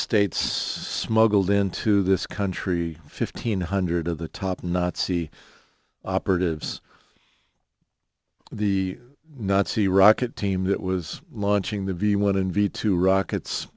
states smuggled into this country fifteen hundred of the top nazi operatives the nazi rocket team that was launching the v one envy to rockets